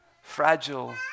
fragile